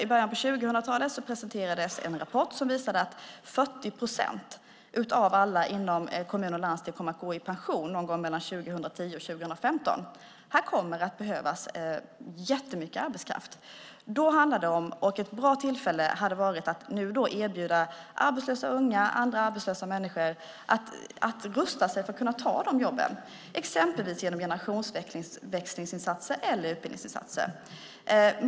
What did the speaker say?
I början på 2000-talet presenterades en rapport som visade att 40 procent av alla inom kommuner och landsting kommer att gå i pension någon gång mellan 2010 och 2015. Här kommer det att behövas jättemycket arbetskraft. Ett bra tillfälle hade varit att nu erbjuda arbetslösa unga och andra arbetslösa människor att rusta sig för att kunna ta dessa jobb, exempelvis genom generationsväxlingsinsatser eller utbildningsinsatser.